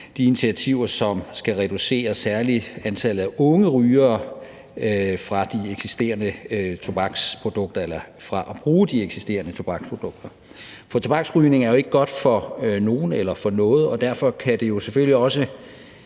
de initiativer, som skal reducere særlig antallet af unge rygere og afholde dem fra at bruge de eksisterende tobaksprodukter. For tobaksrygning er jo ikke godt for nogen eller for noget, og derfor kan det selvfølgelig